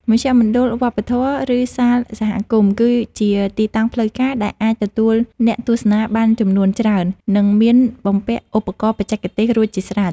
មជ្ឈមណ្ឌលវប្បធម៌ ឬសាលសហគមន៍ គឺជាទីតាំងផ្លូវការដែលអាចទទួលអ្នកទស្សនាបានចំនួនច្រើន និងមានបំពាក់ឧបករណ៍បច្ចេកទេសរួចជាស្រេច។